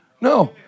No